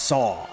Saw